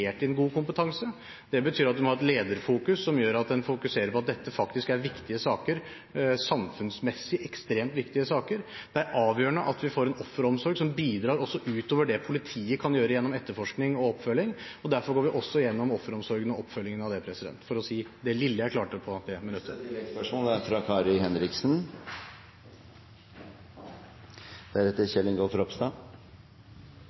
god kompetanse. Det betyr at en må ha et lederfokus på at dette faktisk er viktige saker, samfunnsmessig ekstremt viktige saker. Det er avgjørende at vi får en offeromsorg som bidrar også utover det politiet kan gjøre gjennom etterforskning og oppfølging, og derfor går vi også igjennom offeromsorgen og oppfølgingen av den – for å si det lille jeg klarte på 1 minutt. Kari Henriksen – til oppfølgingsspørsmål. Jeg er